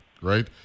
right